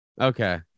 okay